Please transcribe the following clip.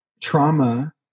trauma